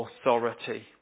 authority